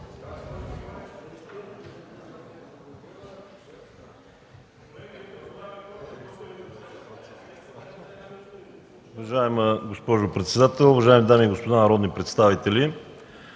Уважаема госпожо председател, уважаеми госпожи и господа народни представители!